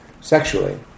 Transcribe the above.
sexually